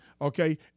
Okay